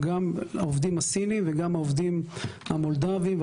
גם העובדים הסינים וגם אלה המולדביים,